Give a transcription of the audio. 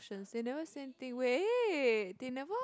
they never say anything wait they never